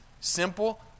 simple